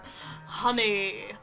honey